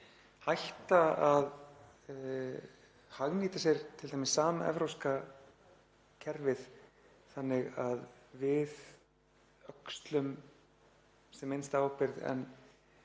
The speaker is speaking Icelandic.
hætta að hagnýta sér t.d. samevrópska kerfið þannig að við öxlum sem minnsta ábyrgð en